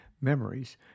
memories